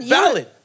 valid